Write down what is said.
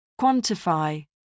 quantify